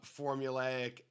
formulaic